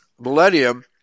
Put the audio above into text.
millennium